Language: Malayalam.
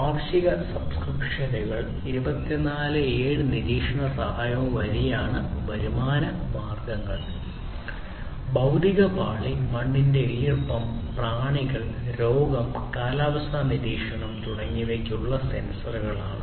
വാർഷിക സബ്സ്ക്രിപ്ഷനുകൾ 24X7 നിരീക്ഷണവും സഹായവും വഴിയാണ് വരുമാന മാർഗ്ഗങ്ങൾ ഭൌതിക പാളി മണ്ണിന്റെ ഈർപ്പം പ്രാണികൾ രോഗം കാലാവസ്ഥ നിരീക്ഷണം തുടങ്ങിയവയ്ക്കുള്ള സെൻസറുകളാണ്